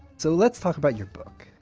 so let's talk about your book,